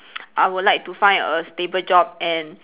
I would like to find a stable job and